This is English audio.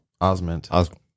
Osment